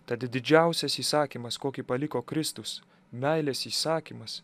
tad didžiausias įsakymas kokį paliko kristus meilės įsakymas